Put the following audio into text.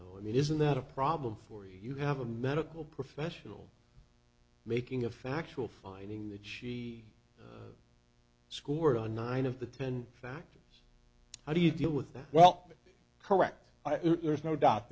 though i mean isn't that a problem for you you have a medical professional making a factual finding that she scored on nine of the ten factors how do you deal with that well correct there's no doubt